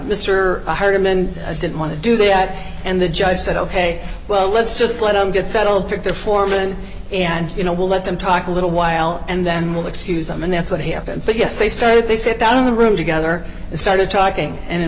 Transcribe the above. hardiman didn't want to do that and the judge said ok well let's just let him get settled pick the foreman and you know we'll let them talk a little while and then we'll excuse them and that's what happened but yes they started they sit down in the room together and started talking and in